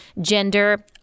gender